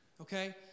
okay